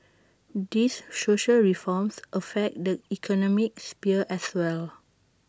these social reforms affect the economic sphere as well